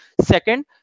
Second